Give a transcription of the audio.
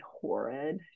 horrid